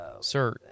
sir